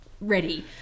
ready